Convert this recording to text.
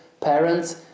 parents